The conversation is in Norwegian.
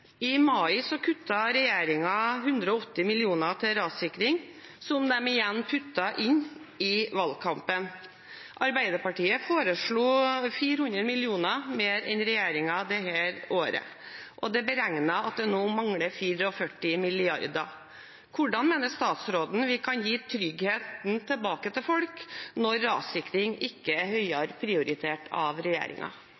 I mai kuttet regjeringen 180 mill. kr til rassikring, som de igjen puttet inn i valgkampen. Arbeiderpartiet foreslo 400 mill. kr mer enn regjeringen dette året. Det er beregnet at det nå mangler 44 mrd. kr. Hvordan mener statsråden vi kan gi tryggheten tilbake til folk når rassikring ikke er